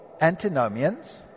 antinomians